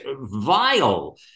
vile